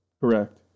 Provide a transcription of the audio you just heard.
Correct